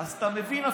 אתה מבין,